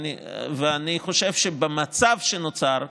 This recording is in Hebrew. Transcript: אני חושב שבמצב שנוצר,